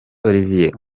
olivier